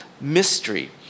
mystery